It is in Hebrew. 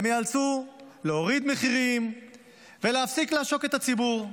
הם יאלצו להוריד מחירים ולהפסיק לעשוק את הציבור.